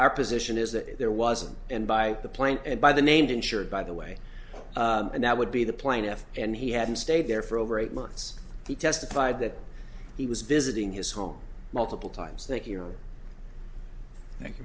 our position is that there wasn't and by the plain and by the named insured by the way and that would be the plaintiff and he hadn't stayed there for over eight months he testified that he was visiting his home multiple times that here thank you